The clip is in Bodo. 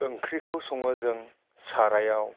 ओंख्रिखौ सङो जों सारायाव